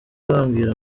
bambwira